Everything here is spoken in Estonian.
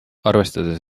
arvestades